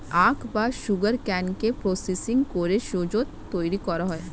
আখ বা সুগারকেনকে প্রসেসিং করে সুক্রোজ তৈরি করা হয়